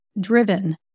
Driven